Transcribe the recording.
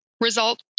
result